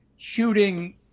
Shooting